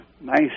nice